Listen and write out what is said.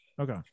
Okay